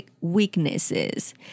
weaknesses